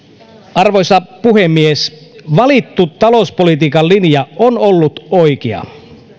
arvoisa puhemies valittu talouspolitiikan linja on ollut oikea